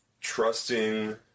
trusting